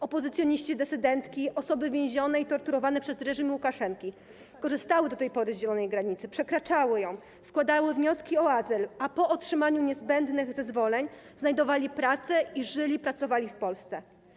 Opozycjoniści, dysydentki, osoby więzione i torturowane przez reżim Łukaszenki korzystały do tej pory z zielonej granicy, przekraczały ją, składały wnioski o azyl, a po otrzymaniu niezbędnych zezwoleń znajdowali pracę i żyli, pracowali w Polsce.